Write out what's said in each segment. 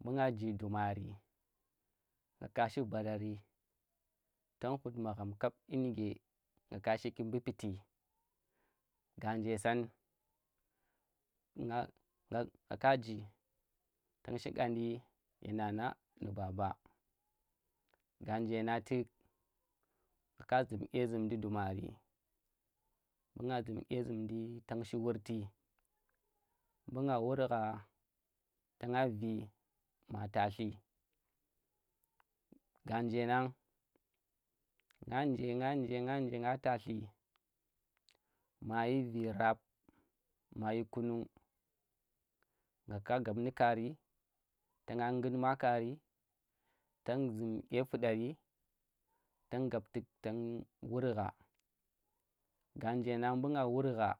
Mbu nga nji dumari tang shi barari tang khuu̱ magham kap dyi nuke nga ka shiki mbu piti ga nje san, nga ka nji tang shi ngaandi ye nana ndu baba, ga nje nang tuk ngga zhum dye zhumndi dumari, ɓu nga zhum dye zhumndi tang shi wurti mbu nga wur zha ta nga vi ma taatli, ngaa nje nang nga nje nga nje nga nje ngga tatu ma yir vi rap, ma yir kunung nga ka gab ndu kaari taangan gut maa kari tang zhum dye fudari, tang gab tuk tang wur gha ngga nje nang bu̱ nga wur gha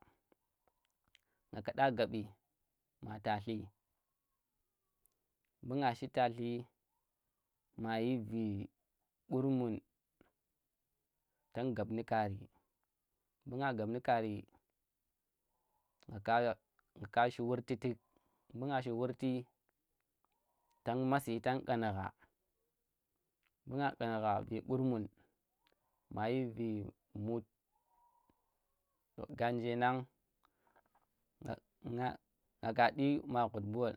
nga kada gab ma taali, mbu nga shi tatli ma yir vi gurmun tang gab nu kari, mbu nga gab nu kari ngga ka shi wurti tuk, mbu nga shi wurti tang masi tang ƙangha mbu nga ƙangha vi qurmun mayi vi mut, ngga nje nang nga nga nga ka dyi ma ghwat bol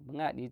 mbu nga dyi